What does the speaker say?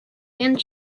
and